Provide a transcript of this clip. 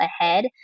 ahead